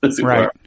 Right